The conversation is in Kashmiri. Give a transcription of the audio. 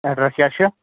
ایڈرَس کیٛاہ چھِ